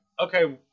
okay